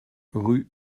rue